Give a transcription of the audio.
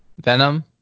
Venom